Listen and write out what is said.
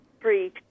three